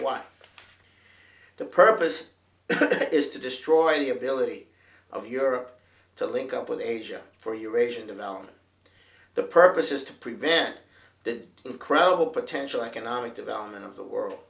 why the purpose is to destroy the ability of europe to link up with asia for eurasian development the purpose is to prevent the incredible potential economic development of the world